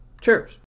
Cheers